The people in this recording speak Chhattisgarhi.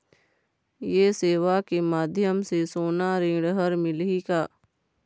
ये सेवा के माध्यम से सोना ऋण हर मिलही का?